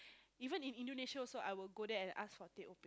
even if Indonesia also I will go there and ask for teh O bing oh